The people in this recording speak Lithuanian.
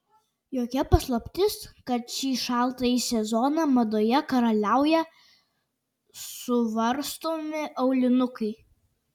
jokia paslaptis kad šį šaltąjį sezoną madoje karaliauja suvarstomi aulinukai